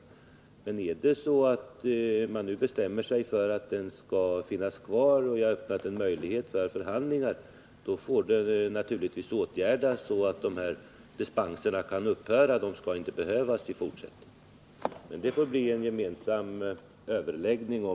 Om man bestämmer sig för att karantänen skall finnas kvar — och jag har öppnat möjlighet för förhandlingar — måste dessa brister naturligtvis avhjälpas, så att dispenserna kan upphöra; de skall inte behövas i fortsättningen. Hur det skall lösas får det bli en gemensam överläggning om.